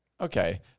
okay